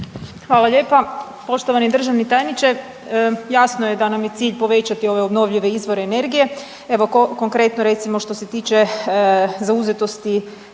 Hvala lijepa. Poštovani državni tajniče. Jasno je da nam je cilj povećati ove obnovljive izvore energije, evo konkretno recimo što se tiče zauzetosti